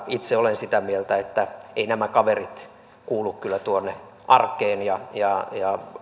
itse olen sitä mieltä että eivät nämä kaverit kuulu kyllä tuonne arkeen ja ja